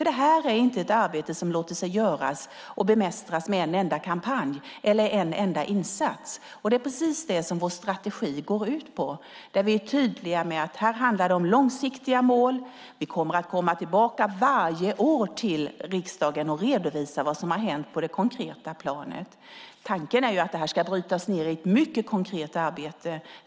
Detta är nämligen inte ett arbete som låter sig göras och bemästras med en enda kampanj eller en enda insats. Det är precis det som vår strategi går ut på: Vi är tydliga med att det handlar om långsiktiga mål. Vi kommer att komma tillbaka till riksdagen varje år och redovisa vad som har hänt på det konkreta planet. Tanken är att det här ska brytas ned i ett mycket konkret arbete.